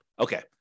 Okay